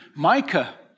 Micah